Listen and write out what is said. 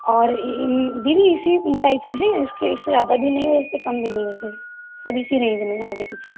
और दीदी इसी टाइप से है इससे ज़्यादा भी नहीं है और इससे कम भी नहीं है फिर सब इसी रेंज में है आगे पीछे